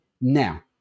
Now